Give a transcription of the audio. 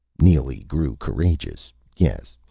neely grew courageous yes,